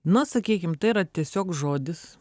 nu sakykim tai yra tiesiog žodis